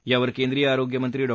यावर केंद्रीय आरोग्य मंत्री डॉ